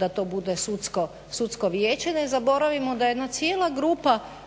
da to bude sudsko vijeće. Ne zaboravimo da jedna cijela grupa